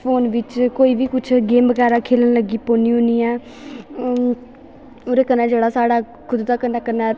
phone बिच्च कोई बी कुछ गेम बगैरा खेलन लग्गी पौन्नी होन्नी ऐं ओह्दे कन्नै जेह्ड़ा साढ़ा खुद दा केह् होंदा कन्नै